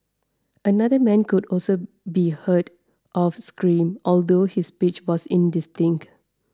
another man could also be heard off screen although his speech was indistinct